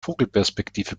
vogelperspektive